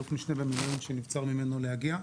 אלוף-משנה במילואים שנבצר ממנו להגיע.